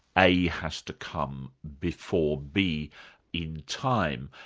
a has to come before b in time.